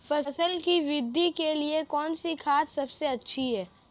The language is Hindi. फसल की वृद्धि के लिए कौनसी खाद सबसे अच्छी है?